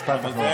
משפט אחרון.